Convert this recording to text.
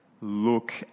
Look